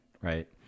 right